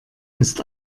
ist